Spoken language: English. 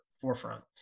forefront